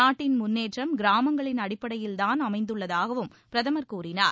நாட்டின் முன்னேற்றம் கிராமங்களின் அடிப்படையில்தான் அமைந்துள்ளதாகவும் பிரதமர் கூறினார்